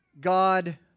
God